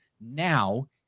now